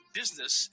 business